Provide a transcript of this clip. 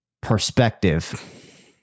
perspective